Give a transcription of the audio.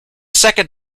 second